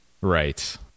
right